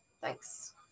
Thanks